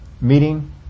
meeting